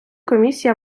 комісія